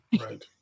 Right